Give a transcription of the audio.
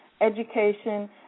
education